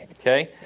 okay